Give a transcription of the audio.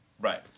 Right